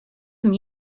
them